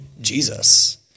Jesus